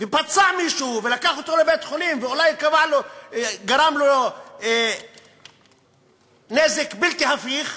ופצע מישהו ולקחו אותו לבית-חולים ואולי נגרם לו נזק בלתי הפיך,